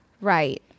Right